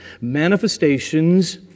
manifestations